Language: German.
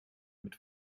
mit